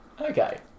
Okay